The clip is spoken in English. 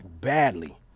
Badly